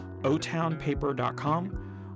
OTownpaper.com